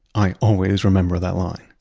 i always remember that line.